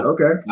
Okay